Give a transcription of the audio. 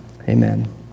Amen